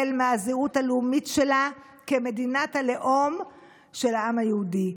מהזהות הלאומית שלה כמדינת הלאום של העם היהודי.